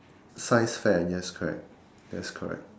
science fair yes correct yes correct